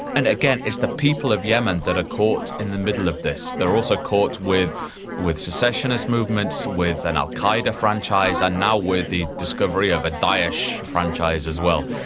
and again, it's the people of yemen that are ah caught in the middle of this. they are also caught with with secessionist movements, with an al qaeda franchise, and now with the discovery of a daesh franchise as well.